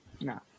No